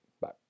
bye